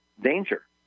danger